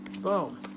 boom